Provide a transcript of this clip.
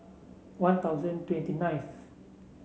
One Thousand twenty nineth